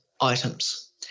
items